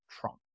Trump